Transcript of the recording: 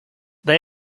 they